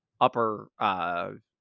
upper